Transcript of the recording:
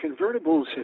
convertibles